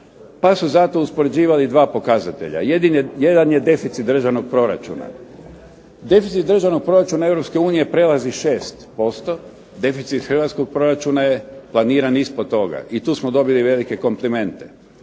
Pa su zato uspoređivali dva pokazatelja. Jedan je deficit državnog proračuna. Deficit državnog proračuna EU prelazi 6%, deficit hrvatskog proračuna je planiran ispod toga. I tu smo dobili velike komplimente.